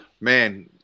man